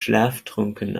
schlaftrunken